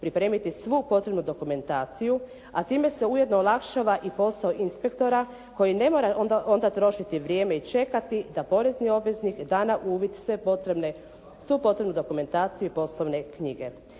pripremiti svu potrebnu dokumentaciju a time se ujedno olakšava i posao inspektora koji ne mora onda trošiti vrijeme i čekati da porezni obveznik da na uvid svu potrebnu dokumentaciju i poslovne knjige.